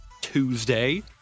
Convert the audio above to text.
Tuesday